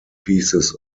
pieces